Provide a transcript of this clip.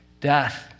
Death